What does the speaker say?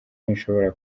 ntishobora